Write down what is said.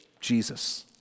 Jesus